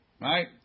Right